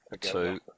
Two